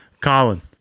Colin